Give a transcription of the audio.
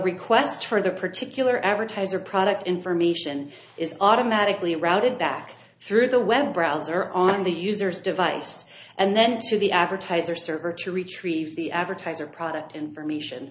request for the particular advertiser product information is automatically routed back through the web browser on the user's device and then to the advertiser server to retrieve the advertiser product information